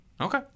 Okay